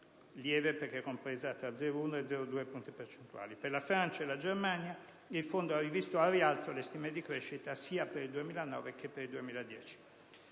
lieve perché compreso tra 0,1 e 0,2 punti percentuali. Per la Francia e la Germania, il Fondo ha previsto al rialzo le stime di crescita sia per il 2009 che per il 2010.